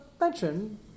mention